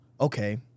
okay